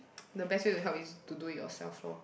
the best way to help is to do it yourself loh